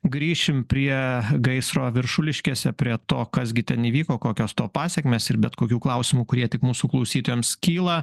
grįšim prie gaisro viršuliškėse prie to kas gi ten įvyko kokios to pasekmės ir bet kokių klausimų kurie tik mūsų klausytojams kyla